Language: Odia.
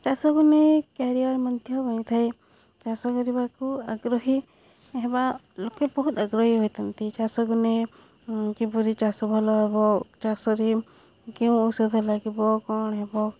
ଚାଷକୁୁ ନେଇ କ୍ୟାରିୟର୍ ମଧ୍ୟ ହୋଇଥାଏ ଚାଷ କରିବାକୁ ଆଗ୍ରହୀ ହେବା ଲୋକେ ବହୁତ ଆଗ୍ରହୀ ହୋଇଥାନ୍ତି ଚାଷକୁୁ ନେଇ କିପରି ଚାଷ ଭଲ ହେବ ଚାଷରେ କେଉଁ ଔଷଧ ଲାଗିବ କ'ଣ ହେବ